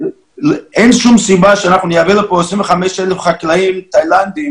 אין שום סיבה שאנחנו נייבא לפה 25,000 חקלאים תאילנדים